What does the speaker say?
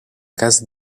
casa